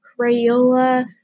Crayola